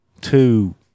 Two